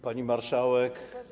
Pani Marszałek!